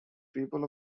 people